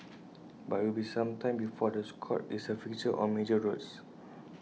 but IT will be some time before the Scot is A fixture on major roads